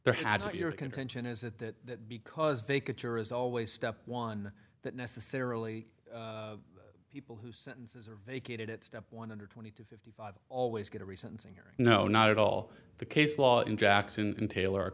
there had not your contention is that because they could cure is always step one that necessarily people who sentences are vacated at step one hundred twenty to fifty five always get a recent zinger no not at all the case law in jackson and taylor a